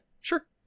sure